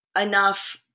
enough